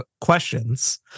questions